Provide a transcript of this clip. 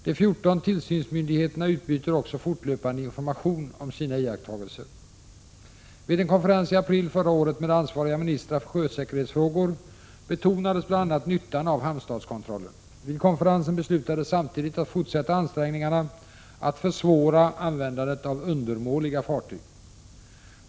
De 14 tillsynsmyndigheterna utbyter också fortlöpande information om sina iakttagelser. Vid en konferens i april förra året med ansvariga ministrar för sjösäkerhetsfrågor betonades bl.a. nyttan av hamnstatskontrollen. Vid konferensen beslutades samtidigt att fortsätta ansträngningarna att försvåra användandet av undermåliga fartyg.